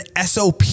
SOP